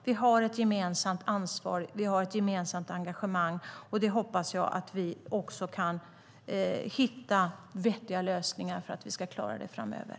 Vi har ett gemensamt ansvar, och vi har ett gemensamt engagemang. Jag hoppas också att vi ska hitta vettiga lösningar för att klara detta framöver.